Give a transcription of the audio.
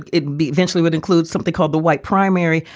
it eventually would include something called the white primary.